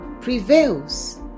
prevails